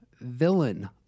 villain